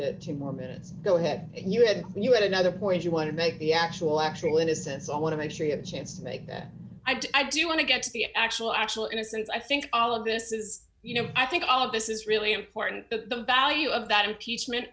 the two more minutes go ahead and you had you had another point you wanted they be actual actual innocence i want to make sure you have chance to make that i do want to get to the actual actual innocence i think all of this is you know i think all of this is really important the value of that impeachment